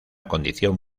condición